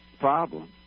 problem